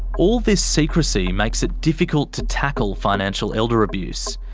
all this secrecy makes it difficult to tackle financial elder abuse.